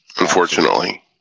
unfortunately